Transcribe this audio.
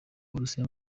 burusiya